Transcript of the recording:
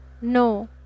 no